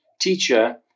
teacher